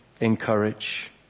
encourage